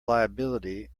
liability